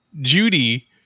Judy